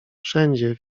wszędzie